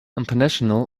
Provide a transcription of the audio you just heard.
international